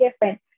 different